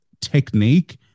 technique